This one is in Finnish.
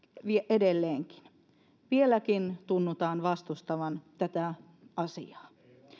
edelleenkin vieläkin tunnutaan vastustavan tätä asiaa